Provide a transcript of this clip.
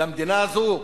למדינה הזו,